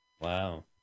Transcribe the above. Wow